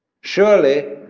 Surely